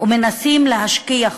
ומנסים להשכיח אותה.